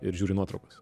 ir žiūri nuotraukas